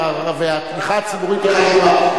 והתמיכה הציבורית היא חשובה,